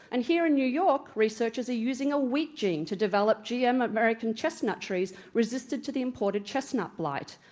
and here in new york, researchers are using a wheat gene to develop gm american chestnut trees resistant to the imported chestnut blight.